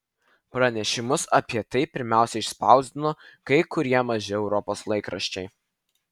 pranešimus apie tai pirmiausia išspausdino kai kurie maži europos laikraščiai